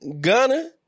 Gunner